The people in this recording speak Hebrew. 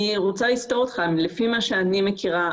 לפי מה שאני מכירה,